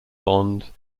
bond